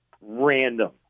random